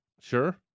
Sure